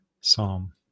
Psalm